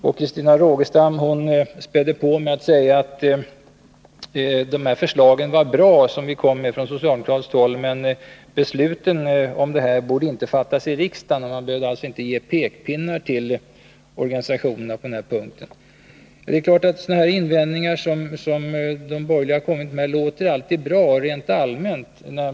Christina Rogestam spädde på med att säga att de förslag som vi kommit med från socialdemokratiskt håll var bra, men att besluten inte borde fattas i riksdagen. Vi borde, enligt Christina Rogestam, inte ge pekpinnar åt organisationerna på denna punkt. Sådana invändningar låter alltid bra rent allmänt.